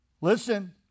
Listen